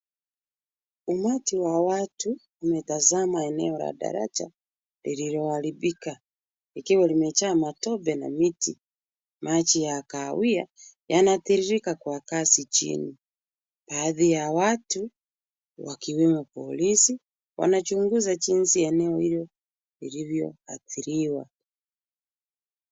Umati wa watu umetazama eneo la daraja lililo haribika, likiwa limejaa matope na miti. Maji ya kahawia yanatiririka kwa kasi chini. Baadhi ya watu, wakiwemo polisi wanachunguza jinsi eneo hilo lilivyo adhiriwa.